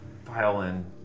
Violin